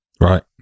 right